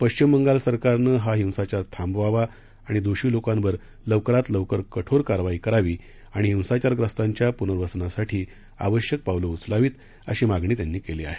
पश्चिम बंगाल सरकारनं हा हिंसाचार थांबवावा दोषी लोकांवर लवकरात लवकर कठोर कारवाई करावी आणि हिंसाचारग्रस्तांच्या पुनर्वसनासाठी आवश्यक पावलं उचलावी अशी मागणी त्यांनी केली आहे